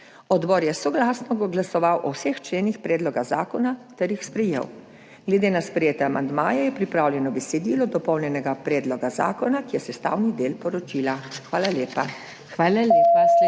Odbor je soglasno glasoval o vseh členih predloga zakona ter jih sprejel. Glede na sprejete amandmaje je pripravljeno besedilo dopolnjenega predloga zakona, ki je sestavni del poročila. Hvala lepa.